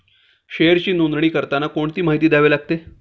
शेअरची नोंदणी करताना कोणती माहिती लागते?